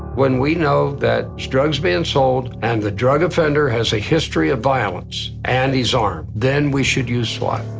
when we know that there's drugs being sold and the drug offender has a history of violence and he's armed, then we should use swat.